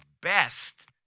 best